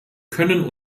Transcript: können